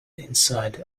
inside